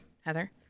Heather